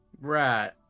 right